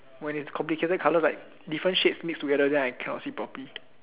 when is complicated colour like different shades mixed together then I cannot see properly